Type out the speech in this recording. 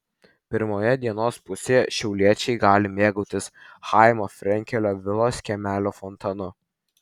pirmoje dienos pusėje šiauliečiai gali mėgautis chaimo frenkelio vilos kiemelio fontanu